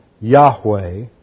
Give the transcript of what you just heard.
Yahweh